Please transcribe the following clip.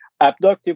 Abductive